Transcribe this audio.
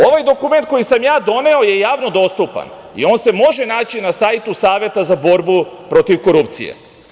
Ovaj dokument koji sam ja doneo je javno dostupan i on se može naći na sajtu Saveta za borbu protiv korupcije.